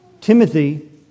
Timothy